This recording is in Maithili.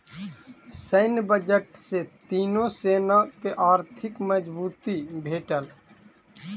सैन्य बजट सॅ तीनो सेना के आर्थिक मजबूती भेटल